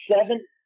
seven